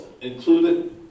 included